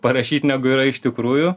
parašyt negu yra iš tikrųjų